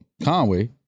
Conway